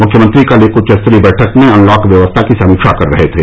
मुख्यमंत्री कल एक उच्चस्तरीय बैठक में अनलॉक व्यवस्था की समीक्षा कर रहे थे